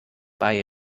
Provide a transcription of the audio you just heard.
bei